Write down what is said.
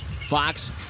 Fox